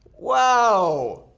wow!